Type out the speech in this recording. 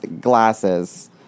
glasses